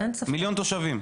מיליון תושבים.